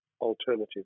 alternative